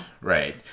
right